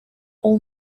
all